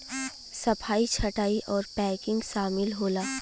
सफाई छंटाई आउर पैकिंग सामिल होला